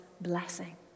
blessing